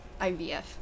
IVF